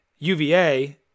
UVA